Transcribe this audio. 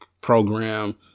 program